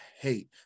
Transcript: hate